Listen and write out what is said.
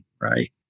right